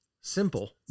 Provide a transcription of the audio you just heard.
Simple